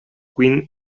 queen